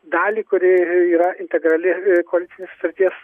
dalį kuri yra integrali kol sutarties